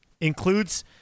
includes